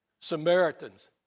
Samaritans